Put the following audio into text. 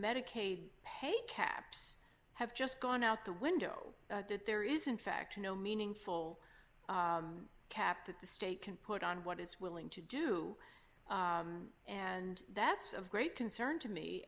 medicaid pay caps have just gone out the window that there is in fact no meaningful kept that the state can put on what is willing to do and that's of great concern to me